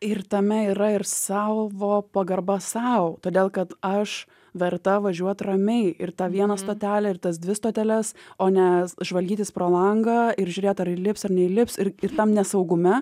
ir tame yra ir savo pagarba sau todėl kad aš verta važiuot ramiai ir tą vieną stotelę ir tas dvi stoteles o ne žvalgytis pro langą ir žiūrėt ar įlips ar neįlips ir ir tam nesaugume